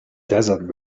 desert